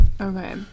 Okay